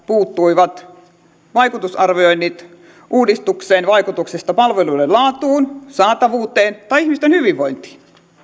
puuttuivat vaikutusarvioinnit uudistuksen vaikutuksesta palveluiden laatuun saatavuuteen tai ihmisten hyvinvointiin